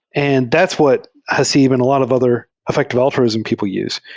and that's what haseeb and a lot of other effective altruism people use.